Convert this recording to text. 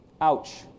Ouch